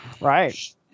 Right